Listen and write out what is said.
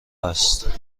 است